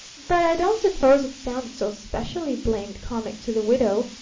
but i don't suppose it sounded so specially blamed comic to the widow.